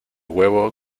huevo